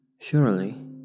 Surely